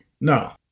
No